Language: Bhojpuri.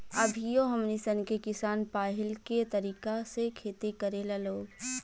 अभियो हमनी सन के किसान पाहिलके तरीका से खेती करेला लोग